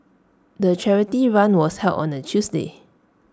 the charity run was held on A Tuesday